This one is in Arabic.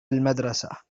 المدرسة